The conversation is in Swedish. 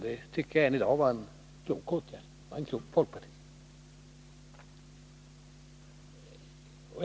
Det tycker jag än i dag var en klok folkpartist.